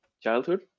childhood